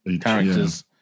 characters